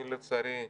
אני, לצערי,